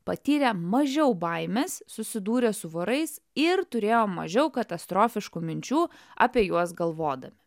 patyrė mažiau baimes susidūrę su vorais ir turėjo mažiau katastrofiškų minčių apie juos galvodami